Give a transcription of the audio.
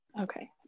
Okay